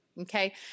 Okay